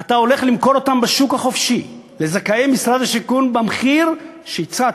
אתה הולך למכור אותם בשוק החופשי לזכאי משרד השיכון במחיר שהצעת.